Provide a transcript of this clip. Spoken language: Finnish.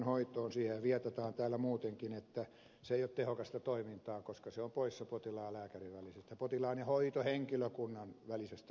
siihenhän viitataan täällä muutenkin että se ei ole tehokasta toimintaa koska se on poissa potilaan ja lääkärin potilaan ja hoitohenkilökunnan välisestä vuorovaikutuksesta